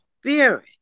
spirit